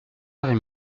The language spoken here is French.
heures